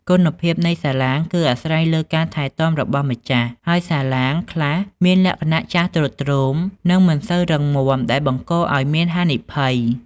គុណភាពនៃសាឡាងគឺអាស្រ័យលើការថែទាំរបស់ម្ចាស់ ហើយសាឡាងខ្លះមានលក្ខណៈចាស់ទ្រុឌទ្រោម និងមិនសូវរឹងមាំ ដែលបង្កឱ្យមានហានិភ័យ។